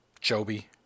Joby